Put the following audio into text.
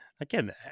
again